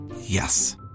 Yes